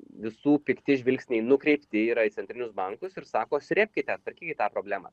visų pikti žvilgsniai nukreipti yra į centrinius bankus ir sako srėbkite tvarkykit tą problemą